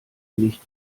nicht